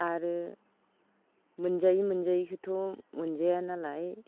आरो मोनजायै मोनजायैखौथ' मोनजाया नालाय